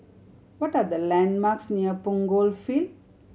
what are the landmarks near Punggol Field